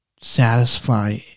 satisfy